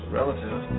relative